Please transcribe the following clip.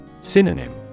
Synonym